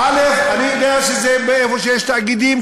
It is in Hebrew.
אני יודע שזה איפה שיש תאגידים,